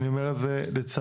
אני אומר את זה לצערי.